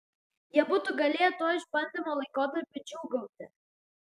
jie būtų galėję tuo išbandymo laikotarpiu džiūgauti